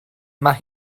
mae